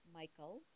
michael